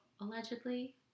allegedly